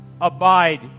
Abide